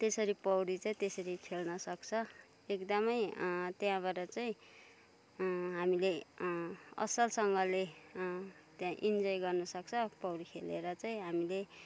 त्यसरी पौडी चाहिँ त्यसरी खेल्नसक्छ एकदमै त्यहाँबाट चाहिँ हामीले असलसँगले त्यहाँ इन्जोय गर्नुसक्छ पौडी खेलेर चाहिँ हामीले